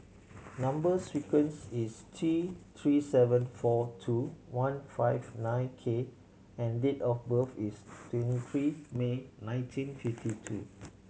number sequence is T Three seven four two one five nine K and date of birth is twenty three May nineteen fifty two